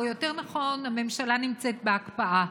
או יותר נכון הממשלה נמצאת בהקפאה,